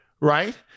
right